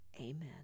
Amen